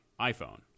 iphone